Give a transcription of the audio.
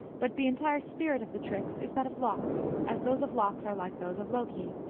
but the entire spirit of the tricks is that of lox, as those of lox are like those of loki.